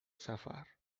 سفر